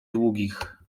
długich